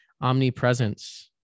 omnipresence